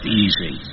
easy